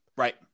Right